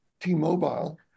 T-Mobile